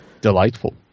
Delightful